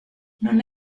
non